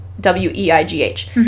W-E-I-G-H